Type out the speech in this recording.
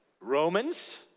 Romans